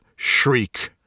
shriek